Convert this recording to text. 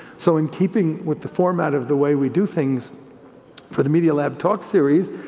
so in keeping with the format of the way we do things for the media lab talk series,